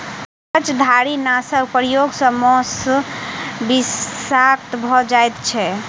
कवचधारीनाशक प्रयोग सॅ मौस विषाक्त भ जाइत छै